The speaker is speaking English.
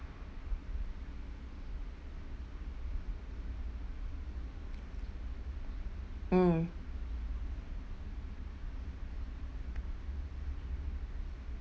mm